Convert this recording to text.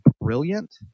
brilliant